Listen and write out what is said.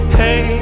hey